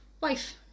wife